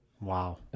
Wow